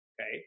Okay